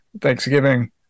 Thanksgiving